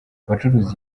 abacuruza